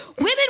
Women